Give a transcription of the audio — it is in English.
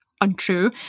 untrue